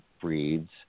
breeds